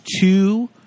two